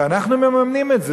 ואנחנו מממנים את זה.